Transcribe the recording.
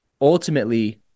ultimately